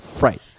right